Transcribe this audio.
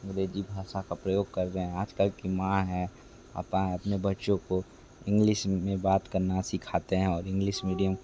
अंग्रेज़ी भाषा का प्रयोग कर रहे हैं आज कल के माँ है पापा हैं अपने बच्चों को इंग्लिस में बात करना सिखाते हैं और इंग्लिस मीडियम